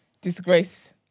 disgrace